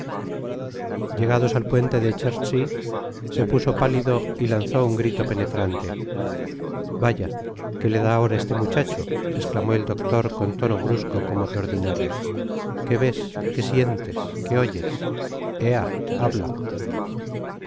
llegados al puente de chertsey se puso pálido y lanzó un grito penetrante vaya qué le da ahora á este muchacho esclamó el doctor con tono brusco como de ordinario qué ves qué sientes qué oyes ea habla